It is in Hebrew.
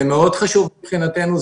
זה חשוב מאוד מבחינתנו.